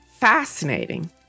Fascinating